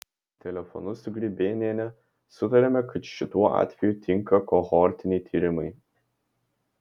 telefonu su grybėniene sutarėme kad šiuo atveju tinka kohortiniai tyrimai